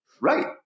Right